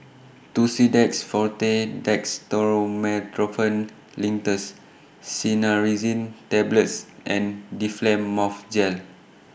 Tussidex Forte Dextromethorphan Linctus Cinnarizine Tablets and Difflam Mouth Gel